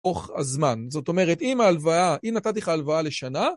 תוך הזמן. זאת אומרת, אם ההלוואה, אם נתתי לך ההלוואה לשנה...